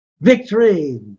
victory